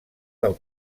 del